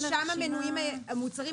ושם מנויים המוצרים.